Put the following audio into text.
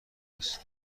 است